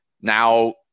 Now